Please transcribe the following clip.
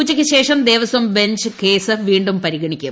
ഉച്ചയ്ക്ക് ശേഷം Devaswom bench case വീണ്ടും പരിഗണിക്കും